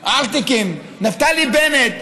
ארטיקים, נפתלי בנט.